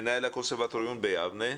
מנהל הקונסרבטוריון ביבנה.